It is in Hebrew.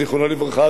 זיכרונו לברכה,